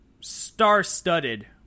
star-studded